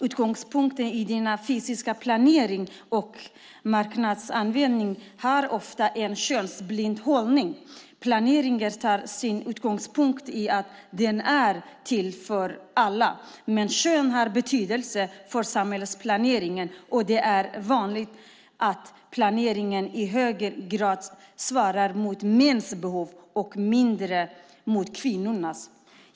Utgångspunkten i den fysiska planeringen och markanvändningen har ofta en könsblind hållning. Planeringen tar sin utgångspunkt i att den är till för alla, men kön har betydelse för samhällsplaneringen, och det är vanligt att planeringen i högre grad svarar mot männens behov och mindre mot kvinnornas.